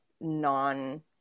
non